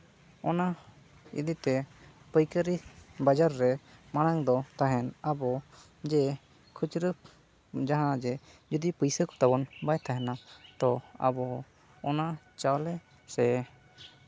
ᱚᱱᱟ ᱤᱫᱤᱛᱮ ᱯᱟᱹᱭᱠᱟᱹᱨᱤ ᱵᱟᱡᱟᱨ ᱨᱮ ᱢᱟᱲᱟᱝ ᱫᱚ ᱛᱟᱦᱮᱱ ᱟᱵᱚ ᱡᱮ ᱠᱷᱩᱪᱨᱟᱹ ᱡᱟᱦᱟᱱᱟᱜ ᱡᱮ ᱡᱩᱫᱤ ᱯᱩᱭᱥᱟᱹ ᱠᱚ ᱛᱟᱵᱚᱱ ᱵᱟᱭ ᱛᱟᱦᱮᱱᱟ ᱛᱚ ᱟᱵᱚ ᱚᱱᱟ ᱪᱟᱣᱞᱮ ᱥᱮ